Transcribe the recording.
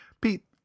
pete